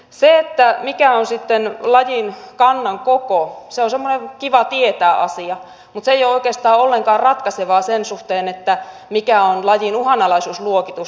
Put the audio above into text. se mikä on sitten lajin kannan koko on semmoinen kiva tietää asia mutta se ei ole oikeastaan ollenkaan ratkaisevaa sen suhteen mikä on lajin uhanalaisuusluokitus